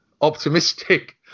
optimistic